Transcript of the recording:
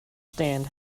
stand